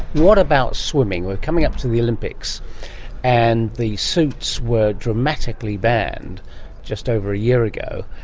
what about swimming? we're coming up to the olympics and the suits were dramatically banned just over a year ago.